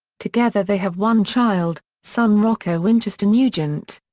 together they have one child, son rocco winchester nugent.